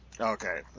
Okay